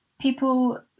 people